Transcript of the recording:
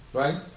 right